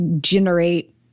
generate